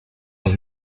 els